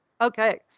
Okay